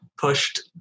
pushed